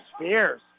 Spears